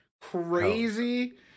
crazy